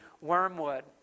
Wormwood